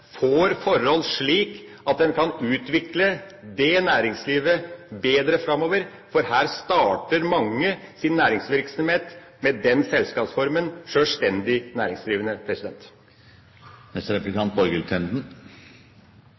får forhold som gjør at man kan utvikle det næringslivet bedre framover, for her starter mange sin næringsvirksomhet med den selskapsformen, som sjølstendig næringsdrivende.